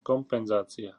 kompenzácia